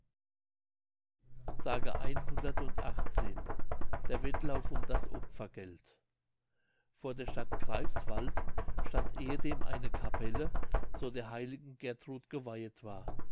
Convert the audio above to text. s der wettlauf um das opfergeld vor der stadt greifswald stand ehedem eine capelle so der heiligen gertrud geweihet war